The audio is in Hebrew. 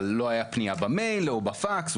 אבל לא הייתה פנייה במייל או בפקס.